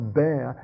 bear